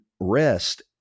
rest